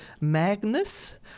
Magnus